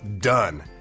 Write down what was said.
done